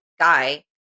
guy